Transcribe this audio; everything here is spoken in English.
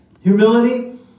Humility